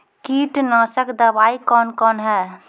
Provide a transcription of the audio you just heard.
कीटनासक दवाई कौन कौन हैं?